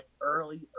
early